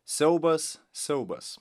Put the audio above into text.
siaubas siaubas